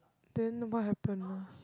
then what happen ah